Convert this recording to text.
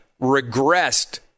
regressed